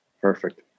Perfect